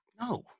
No